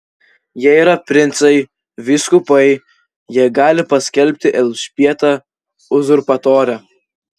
jie yra princai vyskupai jie gali paskelbti elžbietą uzurpatore